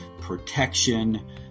protection